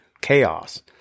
chaos